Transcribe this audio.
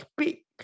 speak